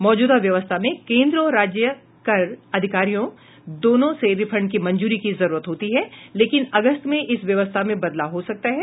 मौजूदा व्यवस्था में केंद्र और राज्य कर अधिकारियों दोनों से रिफंड की मंजूरी की जरूरत होती है लेकिन अगस्त में इस व्यवस्था में बदलाव हो सकता है